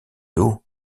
haut